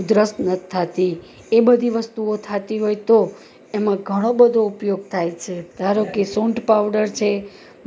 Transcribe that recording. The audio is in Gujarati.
ઉધરસ નથી થતી એ બધી વસ્તુઓ થતી હોય તો એમાં ઘણો બધો ઉપયોગ થાય છે ધારો કે સૂંઠ પાવડર છે